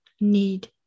need